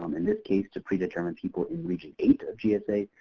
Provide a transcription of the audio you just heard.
um in this case, to pre-determined people in region eight of gsa.